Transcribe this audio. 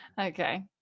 okay